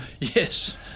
Yes